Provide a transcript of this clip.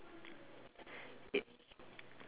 it